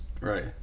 Right